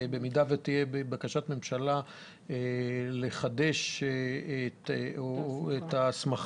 ובמידה שתהיה בקשת ממשלה לחדש את ההסמכה